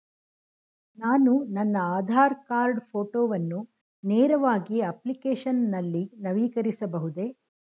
ನಾನು ನನ್ನ ಆಧಾರ್ ಕಾರ್ಡ್ ಫೋಟೋವನ್ನು ನೇರವಾಗಿ ಅಪ್ಲಿಕೇಶನ್ ನಲ್ಲಿ ನವೀಕರಿಸಬಹುದೇ?